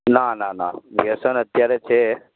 ના ના ના વ્યસન અત્યારે છે